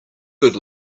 good